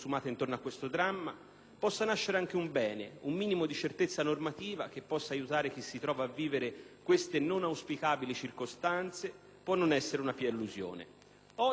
possa nascere anche un bene, un minimo di certezza normativa che possa aiutare chi si trova a vivere queste non auspicabili circostanze può non essere una pia illusione. Oggi invece,